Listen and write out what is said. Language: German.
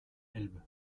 elbe